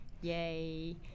Yay